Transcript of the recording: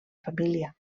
família